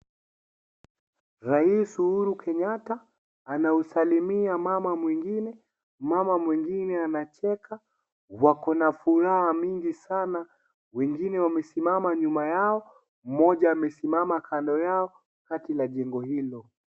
Rais Uhuru Kenyatta anausalimia mama mwingine, mama mwingine anacheka wako na furaha mingi sana. wengine wamesimama nyuma yao. Mmoja amesimama kando yao kati la jengo hilo.